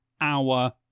hour